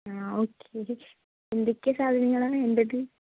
ആ ഒക്കെ എന്തൊക്കെ സാധനങ്ങളാണ് വേണ്ടത്